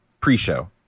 pre-show